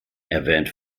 erwähnt